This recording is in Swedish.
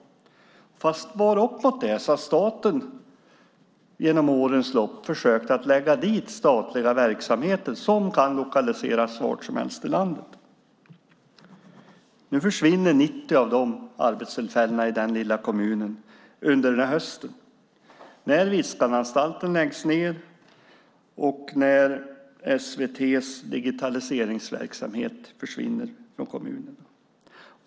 För att svara upp mot det har staten genom årens lopp försökt att föra dit statliga verksamheter som kan lokaliseras var som helst i landet. Under den här hösten försvinner 90 arbetstillfällen i den lilla kommunen när Viskananstalten läggs ned och SVT:s digitaliseringsverksamhet försvinner.